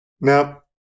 Now